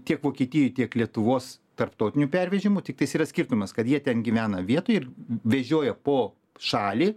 tiek vokietijoj tiek lietuvos tarptautinių pervežimų tiktais yra skirtumas kad jie ten gyvena vietoj ir vežioja po šalį